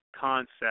concept